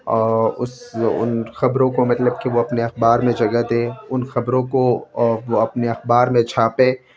اور اس ان خبروں کو مطلب کہ وہ اپنے اخبار میں جگہ دے ان خبروں کو وہ اپنے اخبار میں چھاپے